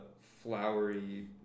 flowery